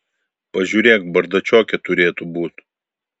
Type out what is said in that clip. pažiūrėk bardačioke turėtų būt